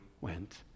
went